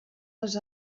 les